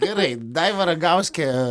gerai daiva ragauskė